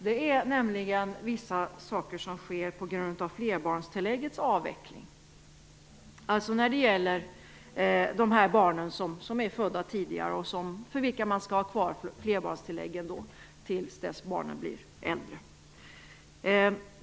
Det är nämligen vissa saker som sker på grund av flerbarnstilläggets avveckling, alltså när det gäller de barn för vilka man skall ha kvar flerbarnstilläggen tills barnen blir äldre.